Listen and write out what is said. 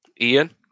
Ian